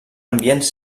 ambients